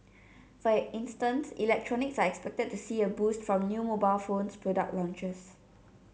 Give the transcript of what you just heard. for instance electronics are expected to see a boost from new mobile phones product launches